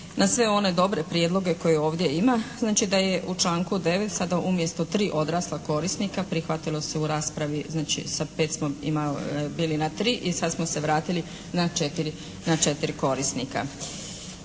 na sve one dobre prijedloge koje ovdje ima, znači da je u članku 9. sada umjesto tri odrasla korisnika prihvatilo se u raspravi sa pet smo bili na tri i sad smo se vratili na četiri korisnika.